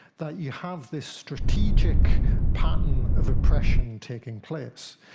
that you have this strategic pattern of oppression taking place.